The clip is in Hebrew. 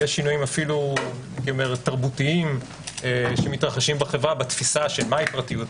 יש שינויים אפילו תרבותיים שמתרחשים בחברה בתפיסה של מהי פרטיות.